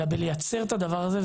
אלא בלייצר את הדבר הזה,